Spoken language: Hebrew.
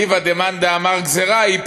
אליבא דמאן דאמר גזירה היא,